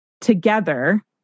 together